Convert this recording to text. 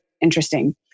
interesting